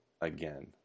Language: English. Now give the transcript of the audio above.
again